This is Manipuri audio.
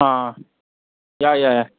ꯑꯥ ꯌꯥꯏ ꯌꯥꯏ ꯌꯥꯏ